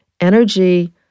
Energy